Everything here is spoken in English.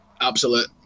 absolute